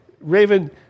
Raven